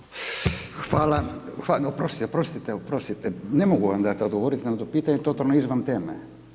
Hvala, oprostite, oprostite, oprostite, ne mogu vam dati odgovoriti na to pitanje, totalno izvan teme.